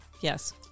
Yes